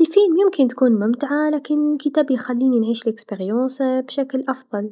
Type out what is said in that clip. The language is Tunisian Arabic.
الفيلم ممكن تكون ممتعه لكن الكتاب يخليني نعيش التجربه بشكل أفضل.